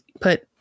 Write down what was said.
put